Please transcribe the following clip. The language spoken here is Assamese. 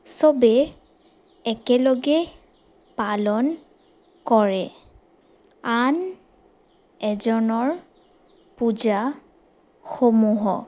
চবে একেলগে পালন কৰে আন এজনৰ পূজাসমূহ